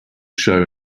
show